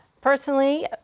Personally